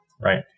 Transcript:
right